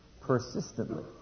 persistently